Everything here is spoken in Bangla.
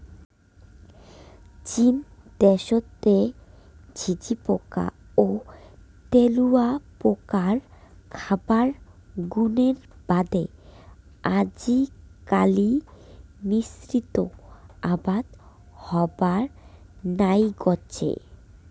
চীন দ্যাশের ঝিঁঝিপোকা ও তেলুয়াপোকার খাবার গুণের বাদে আজিকালি মিশ্রিত আবাদ হবার নাইগচে